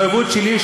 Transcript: זו מחויבות שלי,